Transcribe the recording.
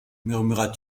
murmura